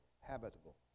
habitable